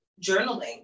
journaling